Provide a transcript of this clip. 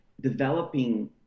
developing